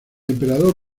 emperador